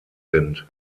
sind